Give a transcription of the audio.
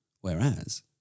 Whereas